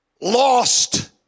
lost